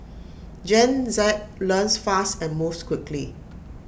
Gen Z learns fast and moves quickly